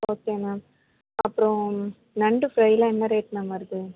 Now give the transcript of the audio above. okay ma'am அப்புறோம் நண்டு ஃப்ரைலாம் என்ன ரேட் மேம் வருது